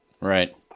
Right